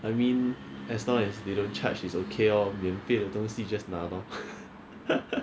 I mean as long as they don't charge is okay orh 免费的东西 just 拿 lor